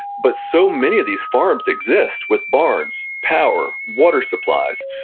but so many of these farms exist with barns, power, water supplies,